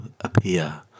appear